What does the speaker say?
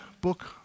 book